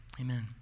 amen